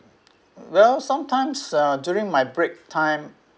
well sometimes uh during my break time